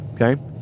Okay